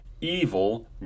Evil